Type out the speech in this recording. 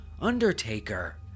undertaker